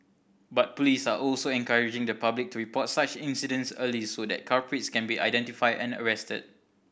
but police are also encouraging the public to report such incidents early so that culprits can be identified and arrested